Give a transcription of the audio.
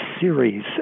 series